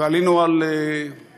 ועלינו על רכב.